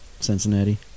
Cincinnati